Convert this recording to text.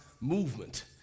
movement